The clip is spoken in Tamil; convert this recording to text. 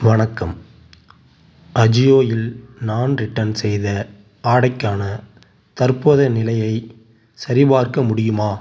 வணக்கம் அஜியோ இல் நான் ரிட்டர்ன் செய்த ஆடைக்கான தற்போதைய நிலையை சரிபார்க்க முடியுமா